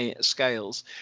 scales